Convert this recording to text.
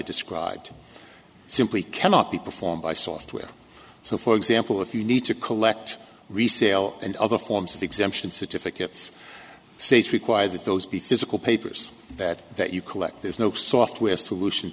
described simply cannot be performed by software so for example if you need to collect resale and other forms of exemption certificates states require that those be physical papers that that you collect there's no software solution